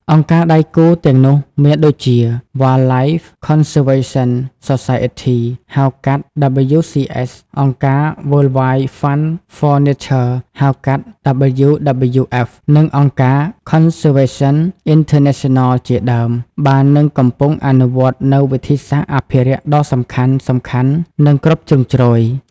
អង្គការដៃគូទាំងនោះមានដូចជា Wildlife Conservation Society ហៅកាត់ WCS អង្គការ World Wide Fund for Nature ហៅកាត់ WWF និងអង្គការ Conservation International ជាដើម បាននិងកំពុងអនុវត្តនូវវិធីសាស្រ្តអភិរក្សដ៏សំខាន់ៗ និងគ្រប់ជ្រុងជ្រោយ។